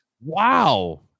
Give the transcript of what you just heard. Wow